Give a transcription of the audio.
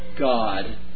God